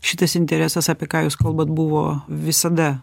šitas interesas apie ką jūs kalbat buvo visada